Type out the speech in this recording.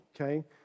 Okay